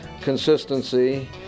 consistency